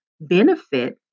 benefit